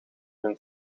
hun